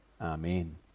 Amen